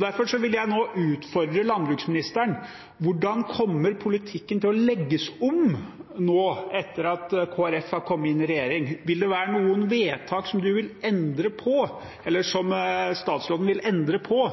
Derfor vil jeg utfordre landbruksministeren: Hvordan kommer politikken til å legges om etter at Kristelig Folkeparti har kommet inn i regjering? Vil det være noen vedtak statsråden vil endre på,